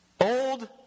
Old